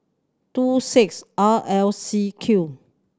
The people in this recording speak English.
two six R L C Q